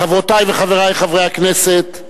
רבותי, חברותי וחברי חברי הכנסת,